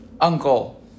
uncle